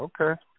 Okay